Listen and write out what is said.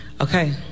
Okay